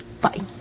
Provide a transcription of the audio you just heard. Bye